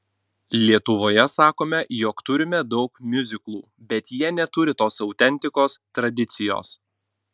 lietuvoje sakome jog turime daug miuziklų bet jie neturi tos autentikos tradicijos